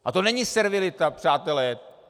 A to není servilita, přátelé!